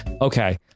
Okay